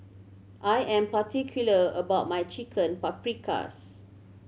I am particular about my Chicken Paprikas